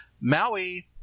Maui –